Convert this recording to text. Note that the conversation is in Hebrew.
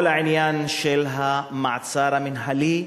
כל העניין של המעצר המינהלי,